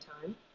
time